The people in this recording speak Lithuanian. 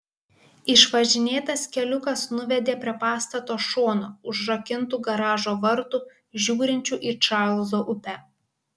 išvažinėtas keliukas nuvedė prie pastato šono užrakintų garažo vartų žiūrinčių į čarlzo upę